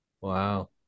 Wow